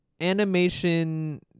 animation